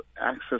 access